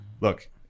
Look